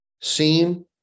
seen